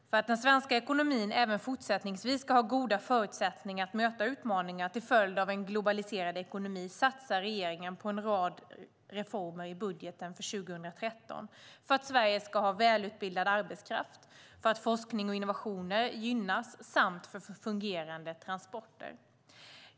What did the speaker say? För att den svenska ekonomin även fortsättningsvis ska ha goda förutsättningar att möta utmaningar till följd av en globaliserad ekonomi satsar regeringen på en rad reformer i budgeten för 2013 för att Sverige ska ha välutbildad arbetskraft, för att forskning och innovationer gynnas samt för fungerande transporter.